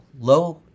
low